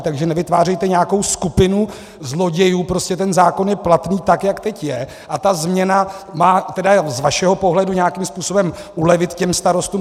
Takže nevytvářejte nějakou skupinu zlodějů, prostě ten zákon je platný tak, jak teď je, a ta změna má, tedy z vašeho pohledu, nějakým způsobem ulevit těm starostům.